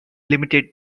limited